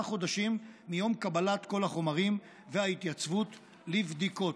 חודשים מיום קבלת כל החומרים וההתייצבות לבדיקות.